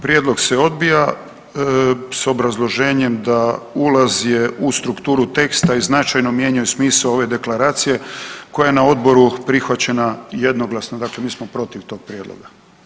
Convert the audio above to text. Prijedlog se odbija s obrazloženjem da ulaz je u strukturu teksta i značajno mijenjaju smisao ove Deklaracije koja je na odboru prihvaćena jednoglasno, dakle mi smo protiv tog prijedloga.